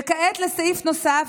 וכעת לסעיף נוסף,